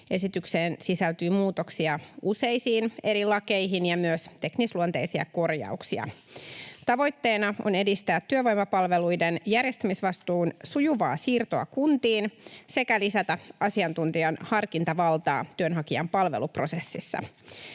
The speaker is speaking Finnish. Esitykseen sisältyy muutoksia useisiin eri lakeihin ja myös teknisluonteisia korjauksia. Tavoitteena on edistää työvoimapalveluiden järjestämisvastuun sujuvaa siirtoa kuntiin sekä lisätä asiantuntijan harkintavaltaa työnhakijan palveluprosessissa.